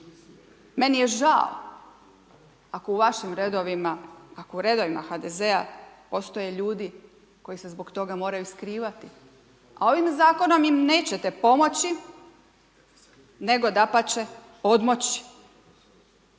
redovima, ako u redovima HDZ-a postoje ljudi koji se zbog toga moraju skrivati, a ovim zakonom im nećete pomoći nego dapače odmoći.